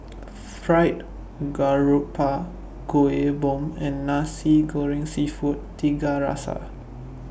Fried Garoupa Kueh Bom and Nasi Goreng Seafood Tiga Rasa